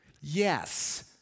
yes